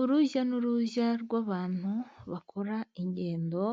Urujya n'uruza rw'abantu bakora ingendo